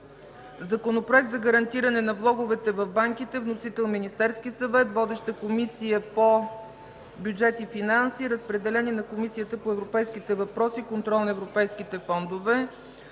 Законопроект за гарантиране на влоговете в банките. Вносител – Министерският съвет. Водеща – Комисията по бюджет и финанси. Разпределен е на Комисия по европейските въпроси и контрол на европейските фондове.